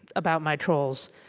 about my trolls.